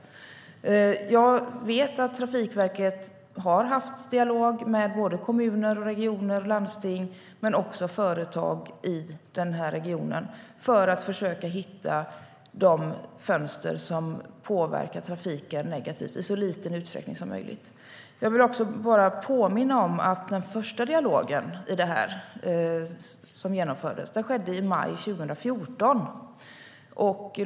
Jag vet att Trafikverket har haft dialog med kommuner, regioner, landsting och också företag i regionen för att försöka hitta de fönster som påverkar trafiken negativt i så liten utsträckning som möjligt. Jag vill också påminna om att den första dialogen som genomfördes skedde i maj 2014.